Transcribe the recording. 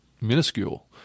minuscule